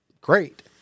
great